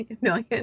million